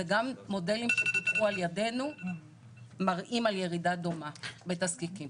וגם מודלים שפותחו על ידינו מראים על ירידה דומה בתזקיקים.